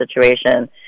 situation